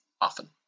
often